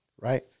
right